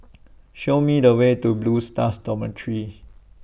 Show Me The Way to Blue Stars Dormitory